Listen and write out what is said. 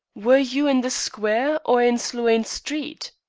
were you in the square or in sloane street?